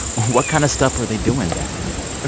what kind of stuff were they doing back then?